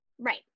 Right